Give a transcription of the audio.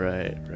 Right